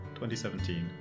2017